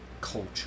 culture